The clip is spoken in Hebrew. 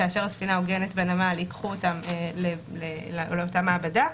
כאשר הספינה עוגנת בנמל ייקחו אותם לאותה מעבדה,